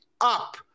up